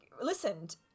listened